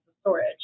storage